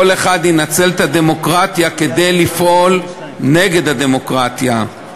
כל אחד ינצל את הדמוקרטיה כדי לפעול נגד הדמוקרטיה.